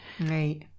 Right